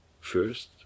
first